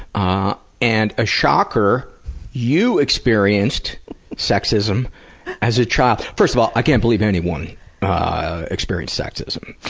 ah and a shocker you experienced sexism as a child, first of all, i can't believe anyone experience sexism,